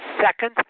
second